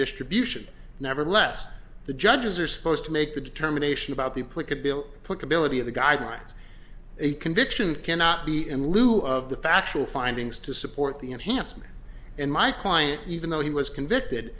distribution nevertheless the judges are supposed to make the determination about the implicate bill put ability of the guidelines a conviction cannot be in lieu of the factual findings to support the enhancement in my client even though he was convicted